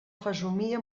fesomia